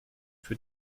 für